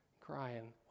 crying